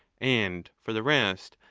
and for the rest,